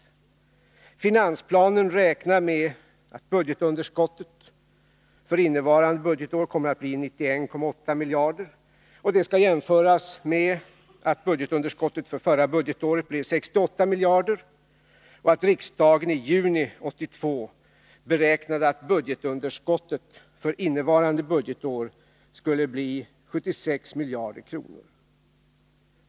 I finansplanen räknar man med att budgetunderskottet för innevarande budgetår kommer att bli 91,8 miljarder kronor. Detta skall jämföras med att budgetunderskottet för förra budgetåret blev 68 miljarder kronor och att riksdagen i juni 1982 beräknade att budgetunderskottet för innevarande budgetår skulle bli 76 miljarder kronor.